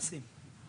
מנסים.